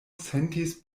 sentis